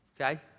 okay